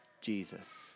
Jesus